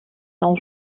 dans